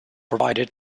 provided